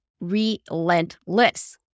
relentless